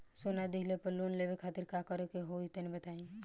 सोना दिहले पर लोन लेवे खातिर का करे क होई तनि बताई?